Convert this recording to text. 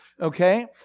okay